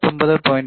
85 49